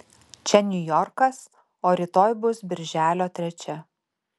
čia niujorkas o rytoj bus birželio trečia